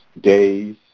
days